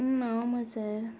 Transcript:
ஆமாம் சார்